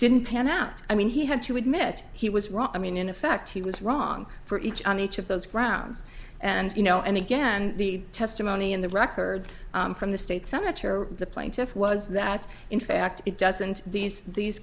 didn't pan out i mean he had to admit he was wrong i mean in effect he was wrong for each on each of those grounds and you know and again the testimony in the records from the state senator the plaintiffs was that in fact it doesn't these these